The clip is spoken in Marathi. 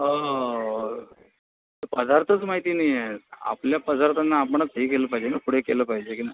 हो ते पदार्थच माहिती नाही आहेत आपल्या पदार्थांना आपणच हे केलं पाहिजे ना पुढे केलं पाहिजे की नाही